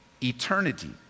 Eternity